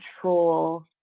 control